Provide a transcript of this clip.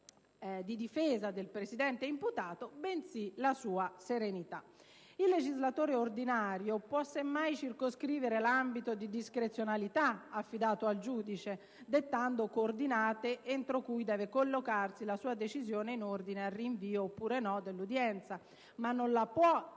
di difesa del Presidente imputato, bensì la sua serenità. Il legislatore ordinario può semmai circoscrivere l'ambito di discrezionalità affidato al giudice, dettando coordinate entro cui deve collocarsi la sua decisione in ordine al rinvio oppure no dell'udienza, ma non lo può